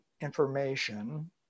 information